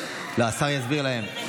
לא, השר יסביר להם.